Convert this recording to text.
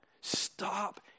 stop